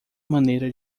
maneira